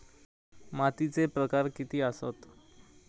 मातीचे प्रकार किती आसत?